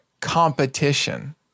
competition